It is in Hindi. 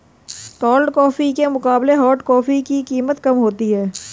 कोल्ड कॉफी के मुकाबले हॉट कॉफी की कीमत कम होती है